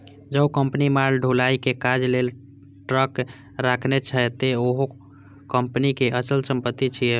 जौं कंपनी माल ढुलाइ के काज लेल ट्रक राखने छै, ते उहो कंपनीक अचल संपत्ति छियै